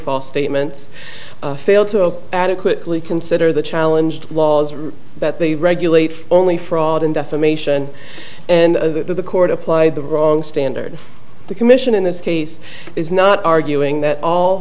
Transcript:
false statements failed to adequately consider the challenge to laws that they regulate only fraud and defamation and the court applied the wrong standard the commission in this case is not arguing that all